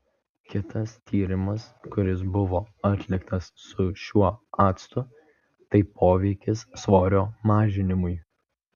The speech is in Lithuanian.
kitas tyrimas kuris buvo atliktas su šiuo actu tai poveikis svorio mažinimui